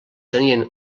tenien